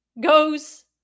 goes